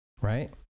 right